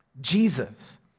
Jesus